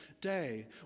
day